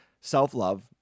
self-love